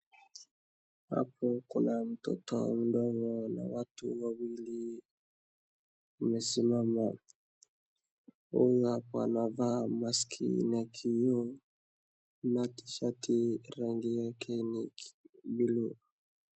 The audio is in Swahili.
Hapo kuna mtoto mdogo na watu wawili wamesimama. Mkunga hapo anavaa maski na kioo na tishati rangi yake ni buluu.